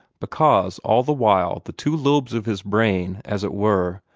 because all the while the two lobes of his brain, as it were,